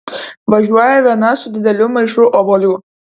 važiuoja viena su dideliu maišu obuolių